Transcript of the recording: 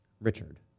Richard